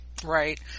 Right